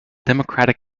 democratic